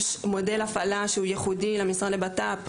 יש מודל הפעלה שהוא ייחודי למשרד לביטחון הפנים: